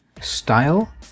style